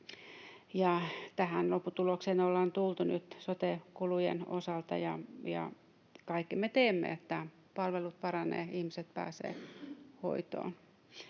tähän lopputulokseen ollaan tultu nyt sote-kulujen osalta. Kaikkemme teemme, että palvelut paranevat ja ihmiset pääsevät hoitoon.